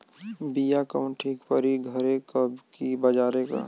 बिया कवन ठीक परी घरे क की बजारे क?